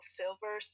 silver